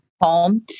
home